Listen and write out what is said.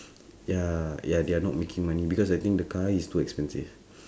ya ya they're not making money because I think the car is too expensive